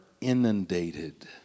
inundated